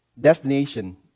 destination